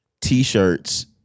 T-shirts